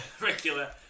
regular